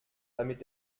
damit